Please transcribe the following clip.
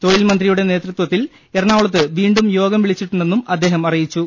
തൊഴിൽ മന്ത്രിയുടെ നേതൃത്വത്തിൽ എറണാകുളത്ത് വീണ്ടും യോഗം വിളിച്ചിട്ടുണ്ടെന്നും അദ്ദേഹം അറിയിച്ചു